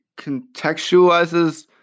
contextualizes